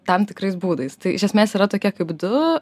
tam tikrais būdais tai iš esmės yra tokie kaip du